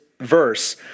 verse